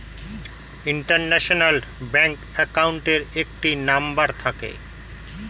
international bank অ্যাকাউন্টের একটি number থাকে